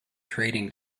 trading